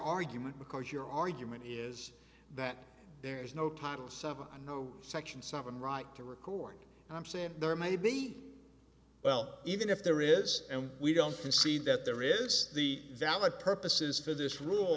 argument because your argument is that there is no title seven no section seven right the record i'm saying there may be well even if there is and we don't concede that there is the valid purposes for this rul